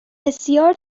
بسیار